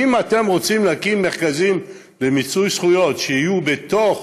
אם אתם רוצים להקים מרכזים למיצוי זכויות שיהיו בתוך